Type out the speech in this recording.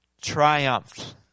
triumphed